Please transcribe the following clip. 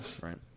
right